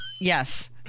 Yes